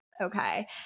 okay